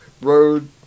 Road